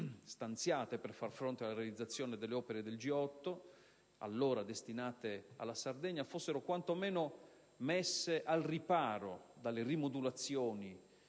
stanziate per far fronte alla realizzazione delle opere del G8, allora destinate alla Sardegna, fosse quanto meno messa al riparo dalle rimodulazioni